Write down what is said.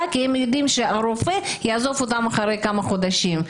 כי הם יודעים שהרופא יעזוב אותם אחרי כמה חודשים,